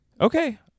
okay